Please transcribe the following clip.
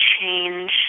change